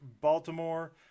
Baltimore